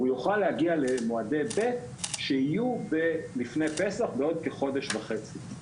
והוא יוכל להגיע למועדי ב' שיהיו לפני פסח בעוד כחודש וחצי.